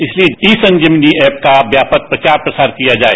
इसलिए e Sanjeevani app का व्यापक प्रचार प्रसार कराया जाए